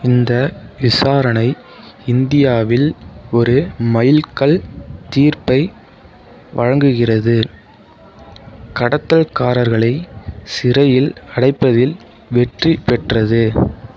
இந்த விசாரணை இந்தியாவில் ஒரு மைல்கல் தீர்ப்பை வழங்குகிறது கடத்தல்காரர்களை சிறையில் அடைப்பதில் வெற்றி பெற்றது